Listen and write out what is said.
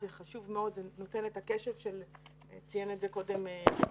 זה חשוב מאוד ציין את זה קודם פרופ'